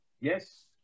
Yes